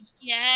yes